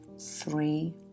Three